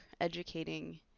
educating